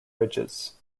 ridges